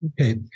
Okay